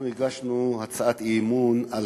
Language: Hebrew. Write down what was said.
אנחנו הגשנו הצעת אי-אמון על